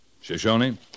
Shoshone